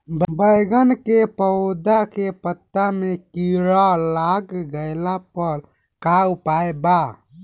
बैगन के पौधा के पत्ता मे कीड़ा लाग गैला पर का उपाय बा?